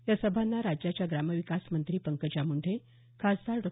या सभांना राज्याच्या ग्रामविकास मंत्री पंकजा मुंडे खासदार डॉ